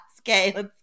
Okay